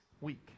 week